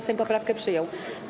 Sejm poprawkę przyjął.